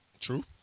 True